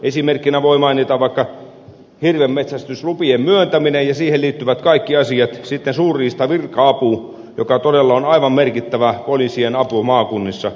esimerkkinä voi mainita vaikka hirvenmetsästyslupien myöntämisen ja siihen liittyvät kaikki asiat ja sitten suurriistavirka avun mikä todella on aivan merkittävä poliisien apu maakunnissa